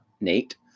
Nate